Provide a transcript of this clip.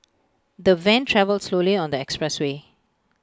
the van travelled slowly on the expressway